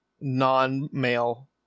non-male